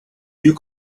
you